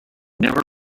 never